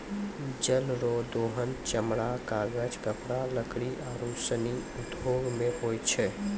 जल रो दोहन चमड़ा, कागज, कपड़ा, लकड़ी आरु सनी उद्यौग मे होय छै